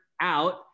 out